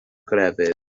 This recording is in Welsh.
grefydd